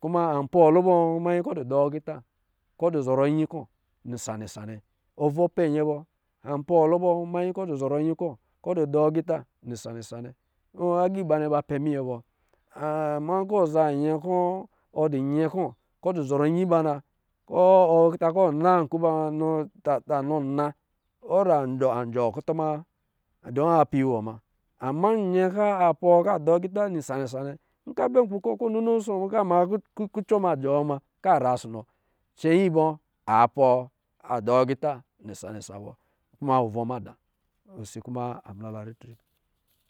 kuma an pɔɔ lubɔ? Manyi kɔ̄ ɔ dɔ̄ dɔ̄ agita, kɔ̄ dɔ̄ zɔrɔ nyikɔ̄ nisa-nisa nnɛ. Ovɔ pɛ nyɛ bɔ an pɔ lubɔ manyi kɔ̄ ɔ dɔ zɔrɔ nyi kɔ̄ kɔ̄ dɔ̄ dɔɔ agita nisa-nisa nnɛ agā iba nnɛ ba pɛ minyɛ bɔ. Ama nkɔ̄ wɔ za nyɛ kɔ̄, ɔ dɔ̄ nyɛ kɔ̄, dɔ̄ nyɛ kɔ̄ kɔ̄ dɔ̄ zɔrɔ nyi ba nas kɔ̄ ɔ ta kɔ̄ wɔ na nkpi ba nɔ tata nɔ na ɔ ra a jɔɔ kutuma wa dun apɔɔ iwɔ muna. Ama nyɛ kɔ̄ a pɔɔ kɔ̄ adɔɔ agita nisa-nisa nnɛ nkɔ̄ abɛ nkpɛ kɔ̄, ko asɔ muna ka me kucɔ ma jɔɔ ma ka ra ɔsɔ nɔ cɛnyi bɔ aa pɔɔ adɔ agita nisa-nisa bɔ kuma vɔ mada osi kuma a mla la ritre.